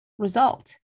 result